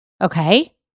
Okay